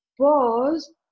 pause